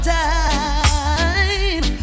time